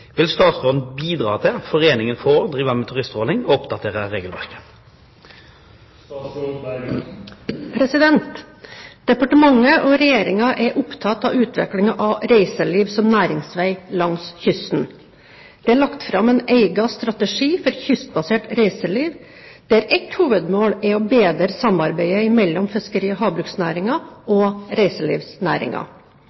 Vil statsråden bidra til at foreningen får drive med turisttråling og oppdatere regelverket?» Departementet og Regjeringen er opptatt av utviklingen av reiseliv som næringsvei langs kysten. Det er lagt fram en egen strategi for kystbasert reiseliv, der et hovedmål er å bedre samarbeidet mellom fiskeri- og